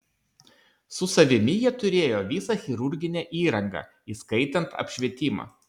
su savimi jie turėjo visą chirurginę įrangą įskaitant apšvietimą